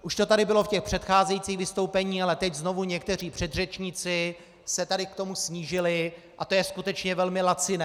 Už to tady bylo v těch přecházejících vystoupeních, ale teď znovu někteří předřečníci se tady k tomu snížili a to je skutečně velmi laciné.